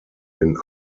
den